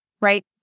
right